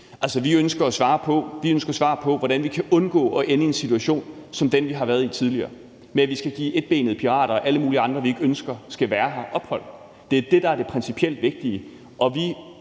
vi ønsker svar på, hvordan vi kan undgå at ende i en situation som den, vi har været i tidligere, hvor vi skal give etbenede pirater og alle mulige andre, vi ikke ønsker skal være her, ophold. Det er det, der er det principielt vigtige,